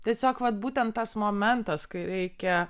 tiesiog vat būtent tas momentas kai reikia